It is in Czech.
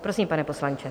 Prosím, pane poslanče.